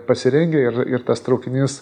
pasirengę ir ir tas traukinys